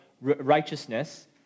righteousness